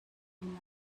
you